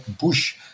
bush